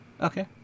Okay